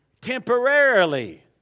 temporarily